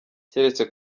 keretse